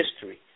history